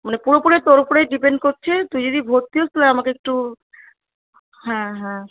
মানে পুরোপুরি তোর উপরেই ডিপেন্ড করছে তুই যদি ভর্তি হোস তাহলে আমাকে একটু হ্যাঁ হ্যাঁ